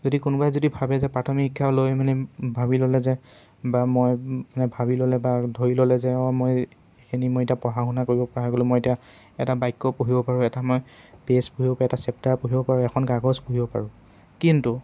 যদি কোনোবাই যদি ভাবে যে প্ৰাথমিক শিক্ষা লৈ মানে ভাবি ল'লে যে বা মই মানে ভাবি ল'লে বা ধৰি ল'লে যে অঁ মই এইখিনি মই এতিয়া পঢ়া শুনা কৰিবপৰা হৈ গলোঁ মই এতিয়া এটা বাক্য পঢ়িব পাৰোঁ এটা মই পেজ পঢ়িব পাৰোঁ এটা চেপ্টাৰ পঢ়িব পাৰোঁ এখন কাগজ পঢ়িব পাৰোঁ কিন্তু